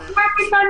איזה מסיבת עיתונאים?